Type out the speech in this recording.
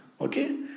okay